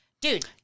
dude